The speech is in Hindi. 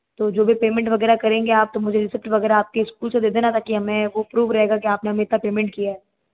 तो जो भी पेमेंट वगैरह करेंगे आप तो मुझे रिसीप्ट वगैरह आपके स्कूल से दे देना ताकि हमें वो प्रूफ रहेगा क्या आपने हमें इतना पेमेंट किया है